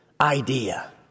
idea